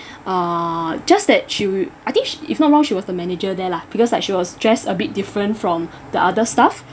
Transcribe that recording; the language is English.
uh just that she I think she if not wrong she was the manager there lah because like she was dressed a bit different from the other staff